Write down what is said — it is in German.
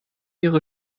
ihre